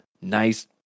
nice